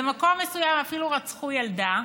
ובמקום מסוים אפילו רצחו ילדה.